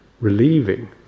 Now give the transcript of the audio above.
relieving